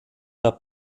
der